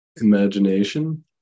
Imagination